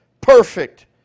perfect